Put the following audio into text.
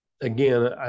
Again